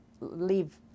leave